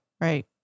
Right